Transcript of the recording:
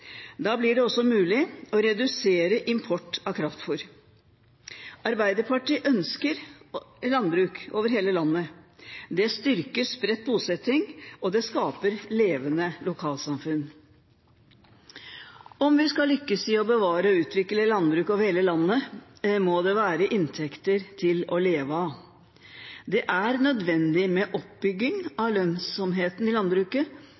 Da blir det også mulig å redusere importen av kraftfôr. Arbeiderpartiet ønsker landbruk over hele landet. Det styrker spredt bosetting, og det skaper levende lokalsamfunn. Om vi skal lykkes i å bevare og utvikle landbruk over hele landet, må det være inntekter til å leve av. Det er nødvendig med oppbygging av lønnsomheten i landbruket,